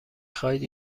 خواهید